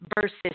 versus